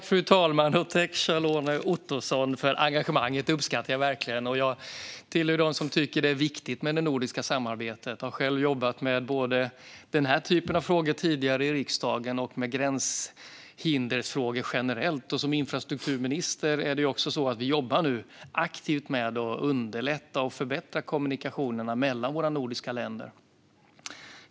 Fru talman! Tack, Kjell-Arne Ottosson, för engagemanget! Det uppskattar jag verkligen. Jag hör till dem som tycker att det är viktigt med det nordiska samarbetet. Jag har själv jobbat både med den här typen av frågor tidigare i riksdagen och med gränshinderfrågor generellt. Som infrastrukturminister ser jag att vi nu jobbar aktivt med att underlätta och förbättra kommunikationerna mellan våra nordiska länder.